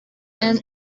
and